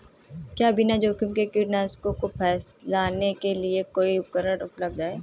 क्या बिना जोखिम के कीटनाशकों को फैलाने के लिए कोई उपकरण उपलब्ध है?